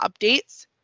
updates